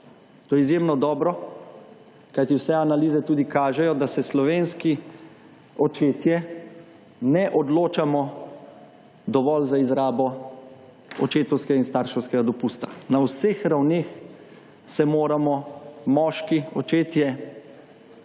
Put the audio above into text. To je izjemno dobro, kajti vse analize tudi kažejo, da se slovenski očetje ne odločamo dovolj za izrabo očetovskega in starševskega dopusta. Na vseh ravneh se moramo moški, očetje